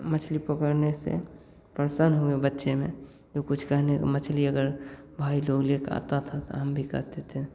मछली पकड़ने से प्रसन्न हुए बच्चे में तो कुछ कह मछली अगर भाई लोग लेकर आता था हम भी कहते थे